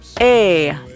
A-